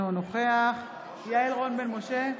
אינו נוכח יעל רון בן משה,